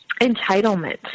entitlement